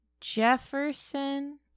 Jefferson